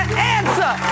answer